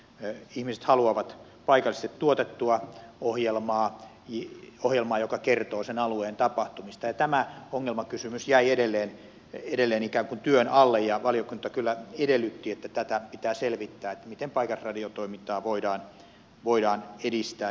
elikkä ihmiset haluavat paikallisesti tuotettua ohjelmaa joka kertoo sen alueen tapahtumista ja tämä ongelmakysymys jäi edelleen ikään kuin työn alle ja valiokunta kyllä edellytti että pitää selvittää miten paikallisradiotoimintaa voidaan edistää